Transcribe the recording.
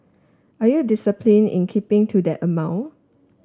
are you discipline in keeping to that amount